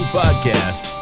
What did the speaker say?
podcast